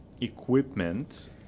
equipment